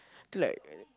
to like